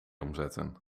omzetten